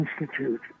institute